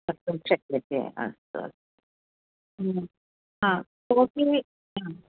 कर्तुं शक्यते अस्तु अस्तु हा कोपि हा